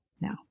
now